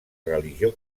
religió